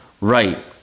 right